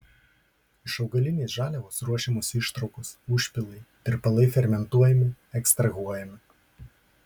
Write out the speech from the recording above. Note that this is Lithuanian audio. iš augalinės žaliavos ruošiamos ištraukos užpilai tirpalai fermentuojami ekstrahuojami